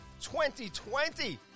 2020